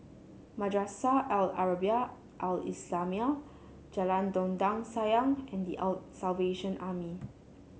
Madrasah Al Arabiah Al Islamiah Jalan Dondang Sayang and The Salvation Army